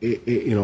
it you know